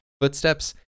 Footsteps